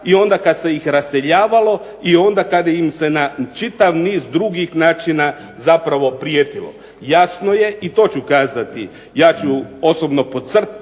i onda kada ih se raseljavalo i onda kada im se na čitav niz drugih načina prijetilo. Jasno je i to ću kazati, ja ću osobno podržati